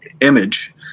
image